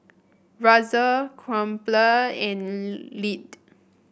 Razer Crumpler and Lindt